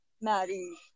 marry